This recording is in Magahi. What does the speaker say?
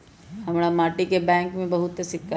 हमरा माटि के बैंक में बहुते सिक्का हई